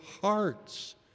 hearts